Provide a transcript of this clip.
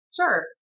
Sure